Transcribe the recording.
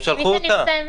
הם שלחו אותה.